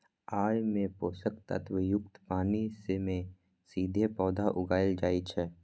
अय मे पोषक तत्व युक्त पानि मे सीधे पौधा उगाएल जाइ छै